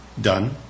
done